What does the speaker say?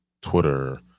Twitter